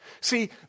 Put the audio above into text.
See